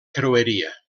creueria